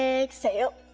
exhale,